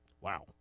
Wow